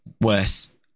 worse